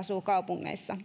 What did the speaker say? asuu kaupungeissa